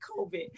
COVID